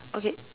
okay